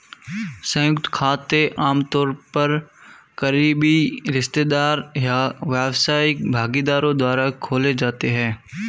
संयुक्त खाते आमतौर पर करीबी रिश्तेदार या व्यावसायिक भागीदारों द्वारा खोले जाते हैं